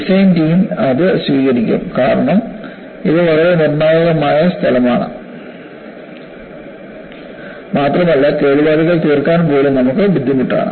design team അത് സ്വീകരിക്കും കാരണം ഇത് വളരെ നിർണായകമായ സ്ഥലമാണ് മാത്രമല്ല കേടുപാടുകൾ തീർക്കാൻ പോലും നമുക്ക് ബുദ്ധിമുട്ടാണ്